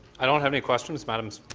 i don't have any questions, madam